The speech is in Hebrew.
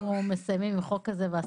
אנחנו מסיימים את החוק בהסכמה.